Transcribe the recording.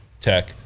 Tech